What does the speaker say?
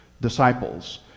disciples